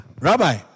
Rabbi